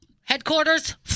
headquarters